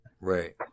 right